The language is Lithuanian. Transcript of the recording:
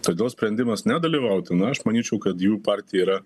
todėl sprendimas nedalyvauti na aš manyčiau kad jų partijai yra